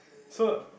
so